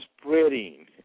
spreading